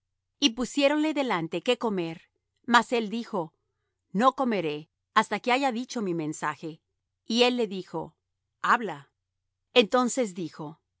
y pusiéronle delante qué comer mas él dijo no comeré hasta que haya dicho mi mensaje y él le dijo habla entonces dijo yo